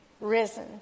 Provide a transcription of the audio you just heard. Risen